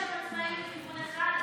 --- אבל אתה גם יודע שהם עצמאיים מכיוון אחד.